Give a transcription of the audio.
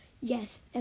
Yes